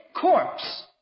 corpse